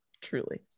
Truly